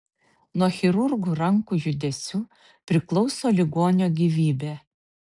nuo chirurgų rankų judesių priklauso ligonio gyvybė